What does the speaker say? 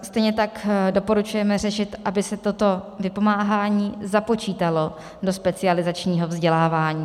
Stejně tak doporučujeme řešit, aby se toto vypomáhání započítalo do specializačního vzdělávání.